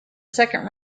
second